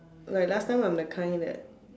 like last time I'm the kind that